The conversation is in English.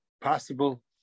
possible